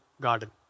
garden